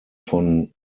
von